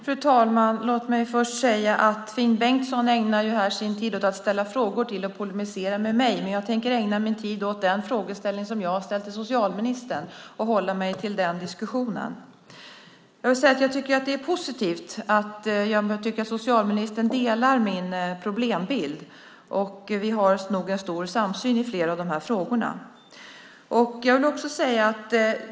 Fru talman! Låt mig först säga att Finn Bengtsson ägnar sin tid åt att ställa frågor till och polemisera med mig. Men jag tänker ägna min tid åt de frågor jag har ställt till socialministern och hålla mig till den diskussionen. Jag tycker att det är positivt att socialministern delar min syn på problembilden. Vi har nog en stor samsyn i flera av frågorna.